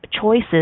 choices